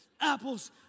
apples